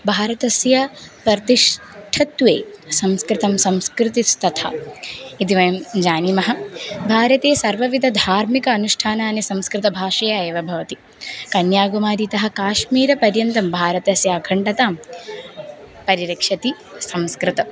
भारतस्य प्रतिष्ठत्वे संस्कृतं संस्कृतिस्तथा इति वयं जानीमः भारते सर्वविध धार्मिक अनुष्ठानानि संस्कृतभाषया एव भवन्ति कन्याकुमारीतः काश्मीरपर्यन्तं भारतस्य अखण्डतां परिरक्षति संस्कृतम्